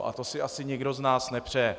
A to si asi nikdo z nás nepřeje.